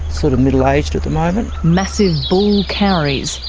sort of middle-aged at the moment. massive bull kauris,